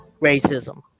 racism